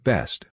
Best